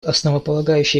основополагающий